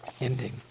ending